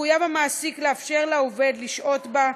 מחויב המעסיק לאפשר לעובד לשהות בה,